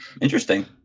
interesting